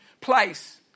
place